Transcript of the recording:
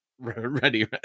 ready